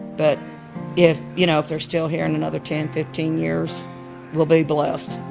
but if, you know, if they're still here in another ten, fifteen years we'll be blessed.